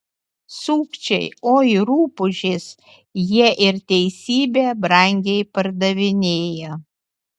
sukčiai oi rupūžės jie ir teisybę brangiai pardavinėja